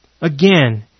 Again